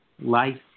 life